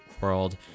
World